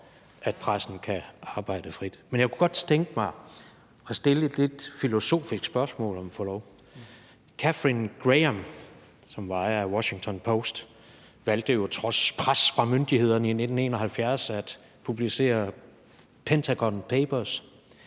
at pressen kan arbejde frit. Jeg kunne godt tænke mig at stille et lidt filosofisk spørgsmål. Katharine Graham, som var ejer af Washington Post, valgte trods pres fra myndighederne i 1971 at publicere »Pentagon Papers«,